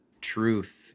truth